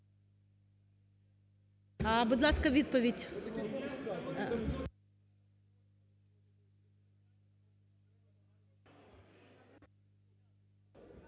Будь ласка, відповідь.